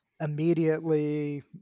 immediately